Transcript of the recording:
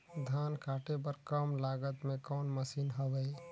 धान काटे बर कम लागत मे कौन मशीन हवय?